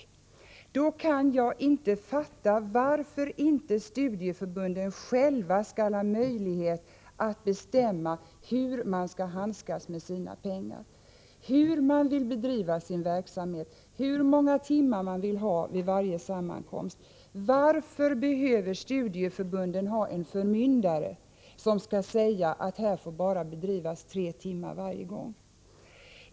Jag kan inte fatta varför inte studieförbunden själva skall ha möjlighet att bestämma hur de vill handskas med sina pengar, hur verksamheten skall bedrivas och hur många timmar man skall ha vid varje sammankomst. Varför behöver studieförbunden en förmyndare, som säger ifrån att det får bli bara 3 timmar per gång?